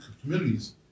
communities